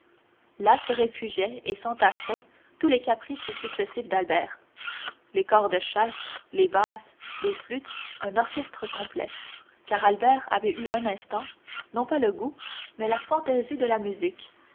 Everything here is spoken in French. là se réfugiaient et s'entassaient tous les caprices successifs d'albert les cors de chasse les basses les flûtes un orchestre complet car albert avait eu un instant non pas le goût mais la fantaisie de la musique